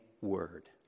word